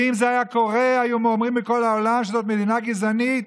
ואם זה היה קורה היו אומרים בכל העולם שזו מדינה גזענית.